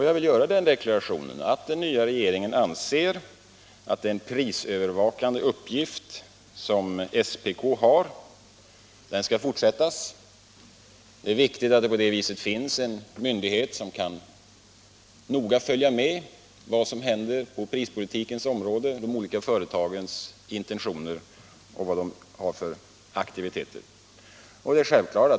Jag vill göra den deklarationen att den nya regeringen anser att den prisövervakande uppgift som SPK har skall fortsätta. Det är viktigt att det finns en myndighet som kan noga följa med vad som händer på prispolitikens område, som kan följa de olika företagens intentioner och aktiviteter.